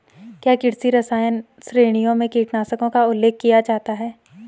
क्या कृषि रसायन श्रेणियों में कीटनाशकों का उल्लेख किया जाता है?